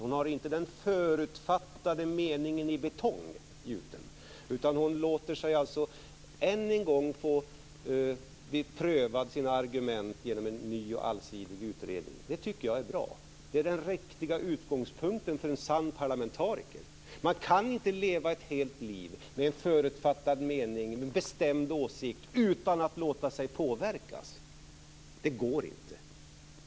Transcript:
Hon har inte någon förutfattad mening gjuten i betong, utan hon låter än en gång få sina argument prövade genom en ny och allsidig utredning. Det tycker jag är bra. Det är den riktiga utgångspunkten för en sann parlamentariker. Man kan inte leva ett helt liv med en förutfattad mening, med en bestämt åsikt utan att låta sig påverkas. Det går inte.